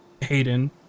Hayden